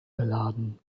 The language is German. beladen